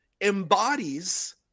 embodies